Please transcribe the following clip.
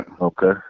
Okay